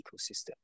ecosystem